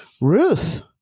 Ruth